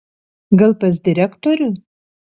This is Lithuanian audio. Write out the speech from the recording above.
gal pas direktorių